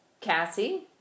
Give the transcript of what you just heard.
Cassie